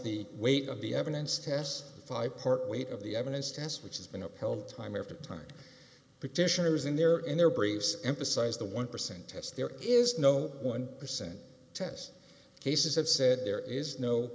the weight of the evidence testify part weight of the evidence test which has been upheld time after time beginners in their in their briefs emphasize the one percent test there is no one percent test cases have said there is no